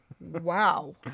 wow